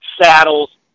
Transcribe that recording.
saddles